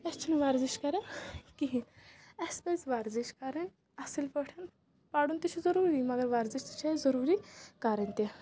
أسۍ چھِنہٕ ورزش کران کہیٖنۍ اسہِ پزِ ورزش کرٕنۍ اصٕل پٲٹھۍ پرُن تہِ چھُ ضروٗری مگر ورزش تہِ چھ اسہِ ضروٗری کرٕنۍ تہِ